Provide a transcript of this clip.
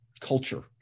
culture